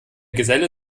geselle